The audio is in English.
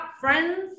friends